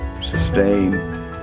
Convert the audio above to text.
sustain